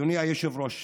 אדוני היושב-ראש,